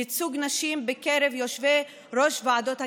ייצוג נשים בקרב יושבי-ראש ועדות הכנסת,